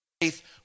faith